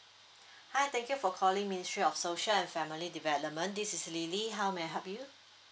hi thank you for calling ministry of social and family development this is lily how may I help you